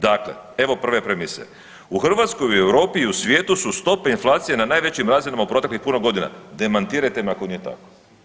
Dakle, evo prve premise, u Hrvatskoj i u Europi i u svijetu su stope inflacije na najvećim razinama u proteklih puno godina, demantirajte me ako nije tako.